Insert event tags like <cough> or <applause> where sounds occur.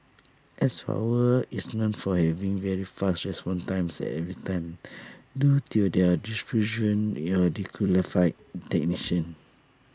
S power is known for having very fast response times at every time due to their distribution your <unintelligible> technicians